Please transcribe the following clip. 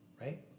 right